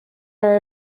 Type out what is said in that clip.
are